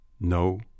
no